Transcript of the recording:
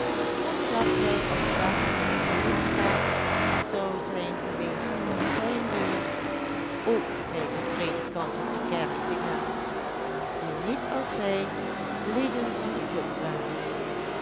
omdat hij alsdan genoodzaakt zou zijn geweest op zijn beurt ook bij die predikanten te kerk te gaan die niet als hij lieden van de klok waren